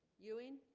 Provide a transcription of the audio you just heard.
ewing